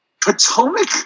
Potomac